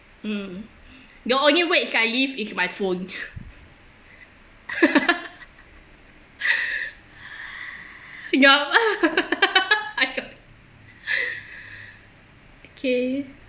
mm the only weight I lift is my phone okay